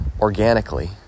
organically